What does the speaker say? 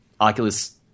Oculus